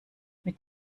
mit